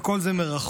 וכל זה מרחוק.